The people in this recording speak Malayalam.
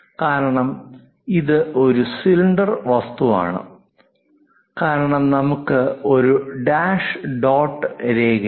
കാരണം ഇത് ഒരു സിലിണ്ടർ വസ്തുവാണ് കാരണം നമുക്ക് ഒരു ഡാഷ് ഡോട്ട് രേഖ ഉണ്ട്